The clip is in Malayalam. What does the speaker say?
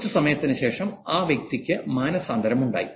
കുറച്ച് സമയത്തിന് ശേഷം ആ വ്യക്തിക്ക് മാനസാന്തരം ഉണ്ടായി